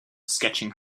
sketching